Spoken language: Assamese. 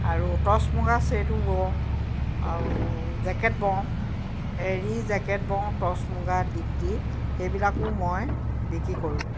আৰু টচমূগা ছেটো বওঁ আৰু জেকেট বওঁ এৰী জেকেট বওঁ টচ মুগা দিগদি সেইবিলাকো মই বিকি কৰোঁ